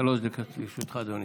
שלוש דקות לרשותך, אדוני.